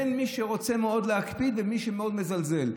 בין מי שרוצה מאוד להקפיד ובין מי שמאוד מזלזל.